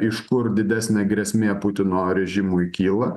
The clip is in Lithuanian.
iš kur didesnė grėsmė putino režimui kyla